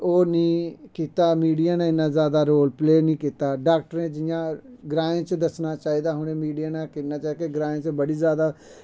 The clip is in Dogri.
ओह् निं कीता मिडिया ने इन्ना जैदा रोल प्ले निं कीता डाक्टरें जि'यां ग्राएं च दस्सना चाहिदा मिडिया ने कि ग्राएं च बड़ी जैदा